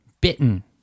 bitten